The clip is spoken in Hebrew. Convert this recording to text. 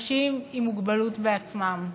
אנשים עם מוגבלות בעצמם,